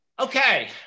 Okay